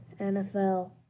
NFL